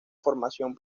formación